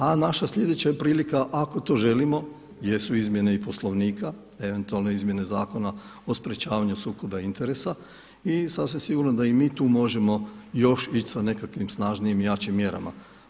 A naša sljedeća je prilika ako to želimo jesu izmjene i Poslovnika, eventualno Izmjene zakona o sprječavanju sukoba interesa i sasvim sigurno da i mi tu možemo još ići sa nekakvim snažnijim i jačim mjerama.